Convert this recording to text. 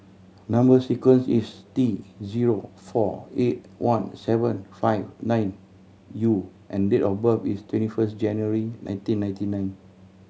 number sequence is T zero four eight one seven five nine U and date of birth is twenty first January nineteen ninety nine